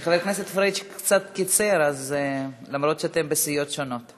חבר הכנסת פריג' קצת קיצר, אף שאתם בסיעות שונות.